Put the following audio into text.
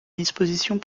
dispositions